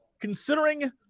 considering